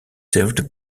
served